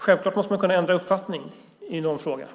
Självklart måste man kunna ändra uppfattning i någon fråga.